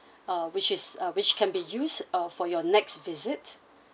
uh which is uh which can be used uh for your next visit